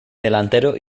delantero